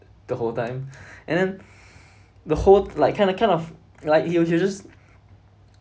the whole time and then the whole like kind of kind of like he'll should just